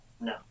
No